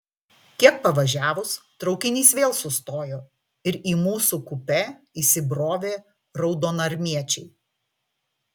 kiek pavažiavus traukinys vėl sustojo ir į mūsų kupė įsibrovė raudonarmiečiai